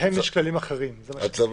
להם יש כללים אחרים, זה מה שאני מבין.